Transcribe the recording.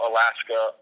Alaska